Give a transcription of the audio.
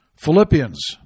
Philippians